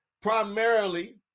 primarily